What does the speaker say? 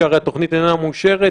שהרי התוכנית איננה מאושרת,